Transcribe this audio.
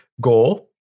goal